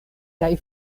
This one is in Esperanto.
kaj